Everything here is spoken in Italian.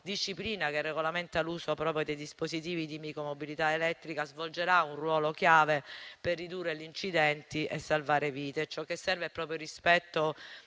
disciplina che regolamenta l'uso dei dispositivi di micromobilità elettrica svolgerà un ruolo chiave per ridurre gli incidenti e salvare vite. Ciò che serve è proprio il rispetto